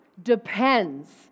depends